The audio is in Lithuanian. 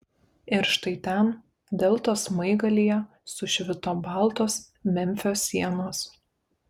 ir štai ten deltos smaigalyje sušvito baltos memfio sienos